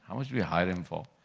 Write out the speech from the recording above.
how much did we hire him for?